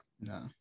no